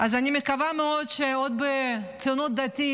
אני מקווה מאוד שבציונות הדתית,